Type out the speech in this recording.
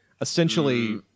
Essentially